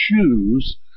choose